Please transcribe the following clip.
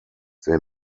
they